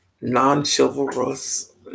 non-chivalrous